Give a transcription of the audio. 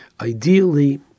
Ideally